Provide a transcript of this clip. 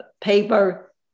Paper